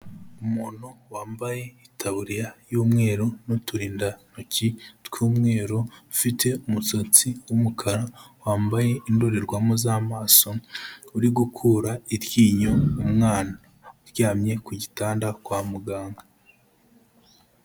Umuntu wambaye itaburiya y'umweru n'uturindantoki tw'umweru, ufite umusatsi w'umukara, wambaye indorerwamo z'amaso, uri gukura iryinyo umwana uryamye ku gitanda kwa muganga.